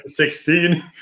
16